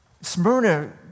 Smyrna